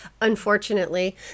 Unfortunately